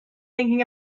thinking